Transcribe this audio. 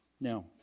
Now